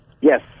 Yes